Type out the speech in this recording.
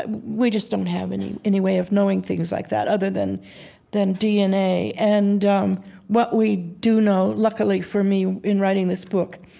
ah we just don't have any any way of knowing things like that, other than than dna. and um what we do know, luckily for me, in writing this book,